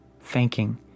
thanking